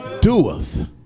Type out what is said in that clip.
doeth